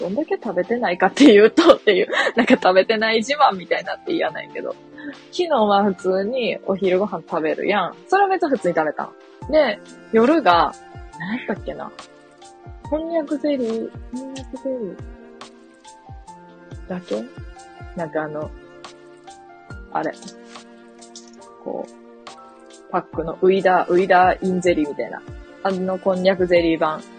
どんだけ食べてないかっていうと、っていう、なんか食べてない自慢みたいなって言わないけど。昨日は普通にお昼ご飯食べるやん。それは別に普通に食べたの。で、夜が、なんやったっけな。こんにゃくゼリー。こんにゃくゼリーだけ？なんかあの、あれ。こう、パックのウイダー、ウイダーインゼリーみたいな。あのこんにゃくゼリー版。